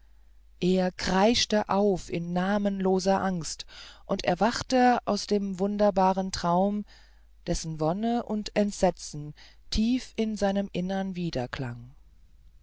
er kreischte auf in namenloser angst und erwachte aus dem wunderbaren traum dessen wonne und entsetzen tief in seinem innern